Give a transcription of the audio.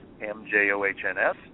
M-J-O-H-N-S